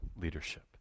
leadership